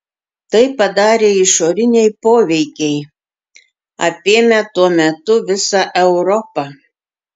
tai padarė išoriniai poveikiai apėmę tuo metu visą europą